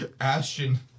Ashton